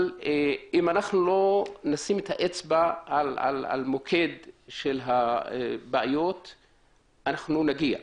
אבל אם לא נשים את האצבע על מוקד הבעיות אנחנו נגיע לשם.